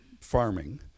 farming